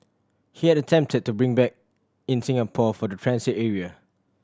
he had attempted to bring back in Singapore for the transit area